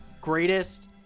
greatest